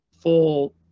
full